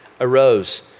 arose